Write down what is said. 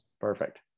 Perfect